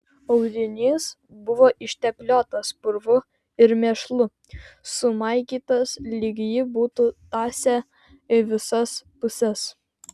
audinys buvo ištepliotas purvu ir mėšlu sumaigytas lyg jį būtų tąsę į visas puses